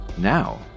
Now